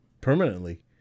permanently